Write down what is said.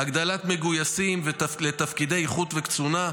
בהגדלת מספר המגויסים לתפקידי איכות וקצונה,